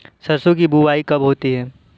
सरसों की बुआई कब होती है?